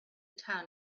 town